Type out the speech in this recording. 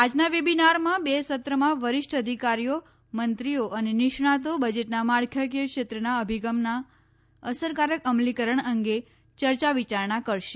આજના વેબીનારમાં બે સત્રમાં વરિષ્ઠ અધિકારીઓ મંત્રીઓ અને નિષ્ણાતો બજેટના માળખાકીય ક્ષેત્રના અભિગમના અસરકારક અમલીકરણ અંગે ચર્ચા વિચારણા કરશે